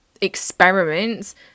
experiments